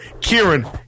Kieran